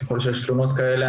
ככל שיש תלונות כאלה,